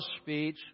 speech